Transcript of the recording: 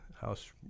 House